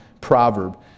proverb